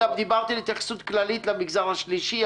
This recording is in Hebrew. גם דיברתי על התייחסות כללית למגזר השלישי,